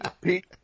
Pete